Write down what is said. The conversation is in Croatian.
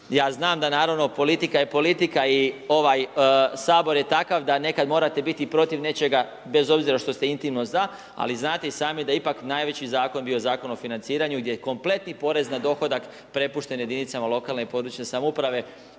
ja znam da naravno politika je politika i ovaj Sabor je takav da nekad morate biti protiv nečega bez obzira što ste intimno za, ali znate i sami da ipak najveći zakon bio Zakon o financiranju gdje je kompletni porez na dohodak prepušten jedinicama lokalne i područne samouprave.